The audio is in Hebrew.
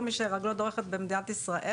כל מי שרגלו דורכת במדינת ישראל,